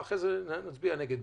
ואחרי זה נצביע נגד.